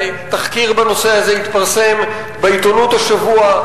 תחקיר קשה בנושא הזה התפרסם בעיתונות השבוע.